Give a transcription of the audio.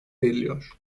veriliyor